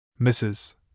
Mrs